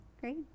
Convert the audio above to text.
Great